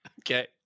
Okay